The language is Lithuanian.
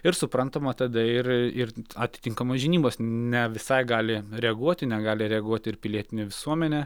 ir suprantama tada ir ir atitinkamos žinybos ne visai gali reaguoti negali reaguoti ir pilietinė visuomenė